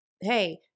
hey